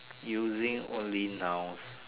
using only nouns